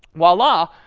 voila,